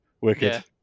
wicked